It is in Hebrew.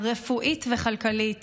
רפואית וכלכלית,